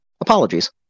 apologies